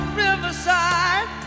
riverside